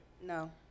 No